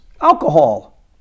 Alcohol